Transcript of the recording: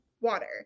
water